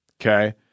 okay